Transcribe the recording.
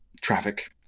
traffic